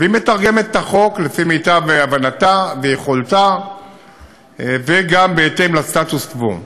והיא מתרגמת את החוק לפי מיטב הבנתה ויכולתה וגם בהתאם לסטטוס קוו.